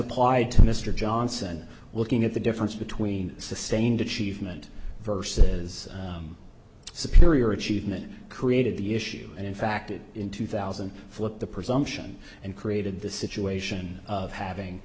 applied to mr johnson looking at the difference between sustained achievement versus superior achievement created the issue and in fact in two thousand and four the presumption and created the situation of having